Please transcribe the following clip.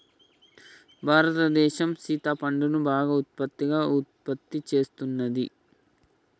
భారతదేసం సింతపండును బాగా ఎక్కువగా ఉత్పత్తి సేస్తున్నది